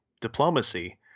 diplomacy